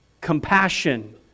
Compassion